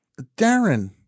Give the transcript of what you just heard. Darren